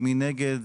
מי נגד?